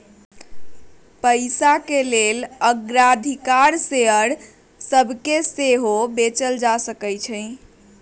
पइसाके लेल अग्राधिकार शेयर सभके सेहो बेचल जा सकहइ